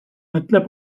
mõtle